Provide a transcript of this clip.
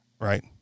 right